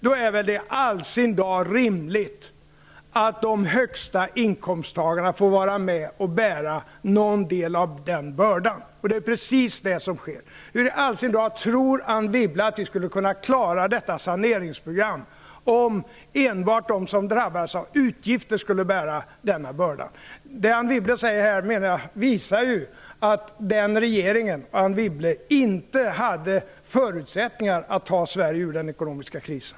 Då är det väl i all sin dar rimligt att de högsta inkomsttagarna får vara med och bära någon del av den bördan. Det är precis det som sker. Hur i allsin dar tror Anne Wibble att vi skulle kunna klara detta saneringsprogram om enbart de som drabbas av utgifter skulle bära denna börda? Det som Anne Wibble säger här visar ju att den förra regeringen inte hade förutsättningar att ta Sverige ur den ekonomiska krisen.